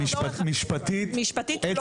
משפטית,